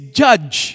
judge